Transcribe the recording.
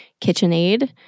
KitchenAid